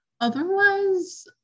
Otherwise